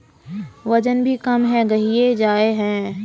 वजन भी कम है गहिये जाय है?